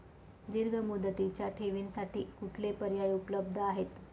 दीर्घ मुदतीच्या ठेवींसाठी कुठले पर्याय उपलब्ध आहेत?